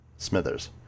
Smithers